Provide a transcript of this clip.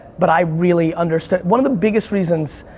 but i really understood. one of the biggest reasons,